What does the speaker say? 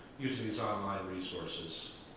using these um um resources,